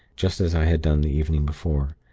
just as i had done the evening before.